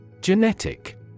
Genetic